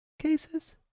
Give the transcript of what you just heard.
Cases